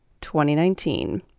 2019